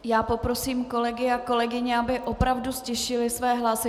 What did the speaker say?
Já poprosím kolegy a kolegyně, aby opravdu ztišili své hlasy.